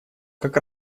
как